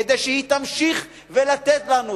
כדי שהיא תמשיך לתת לנו,